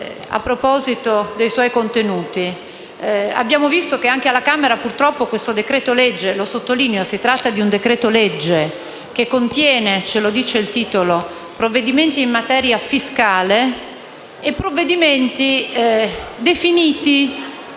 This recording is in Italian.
a proposito dei suoi contenuti. Come abbiamo visto anche alla Camera, questo decreto-legge (e sottolineo che si tratta di un decreto-legge) contiene, come dice il titolo, provvedimenti in materia fiscale e provvedimenti definiti,